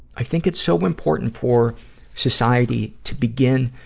i think it's so important for society to begin,